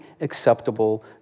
acceptable